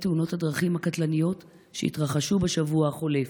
תאונות הדרכים הקטלניות שהתרחשו בשבוע החולף.